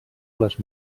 les